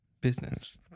Business